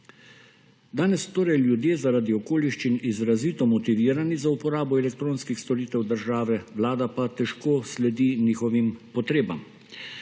Danes so torej ljudje zaradi okoliščin izrazito motivirani za uporabo elektronskih storitev države, Vlada pa težko sledi njihovim potrebam.